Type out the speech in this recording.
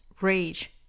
rage